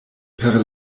per